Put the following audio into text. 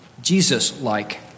Jesus-like